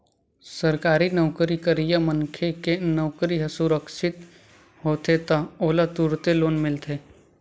सरकारी नउकरी करइया मनखे के नउकरी ह सुरक्छित होथे त ओला तुरते लोन मिलथे